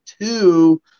two